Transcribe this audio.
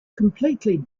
completely